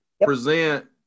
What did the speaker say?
present